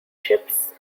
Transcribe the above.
ships